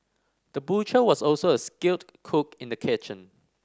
the butcher was also a skilled cook in the kitchen